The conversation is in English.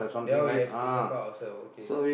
that one we have to fork out ourselves okay